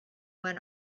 went